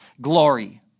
glory